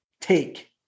take